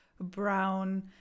brown